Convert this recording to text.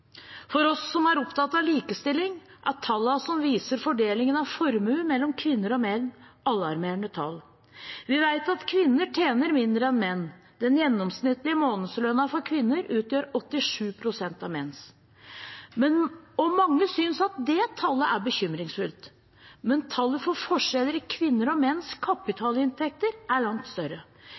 For oss som er opptatt av likestilling, er tallene som viser fordelingen av formue mellom kvinner og menn, alarmerende. Vi vet at kvinner tjener mindre enn menn. Den gjennomsnittlige månedslønnen for kvinner utgjør 87 pst. av menns. Mange syns at det tallet er bekymringsfullt, men tallet på forskjeller i kvinners og menns kapitalinntekter er langt større.